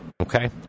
okay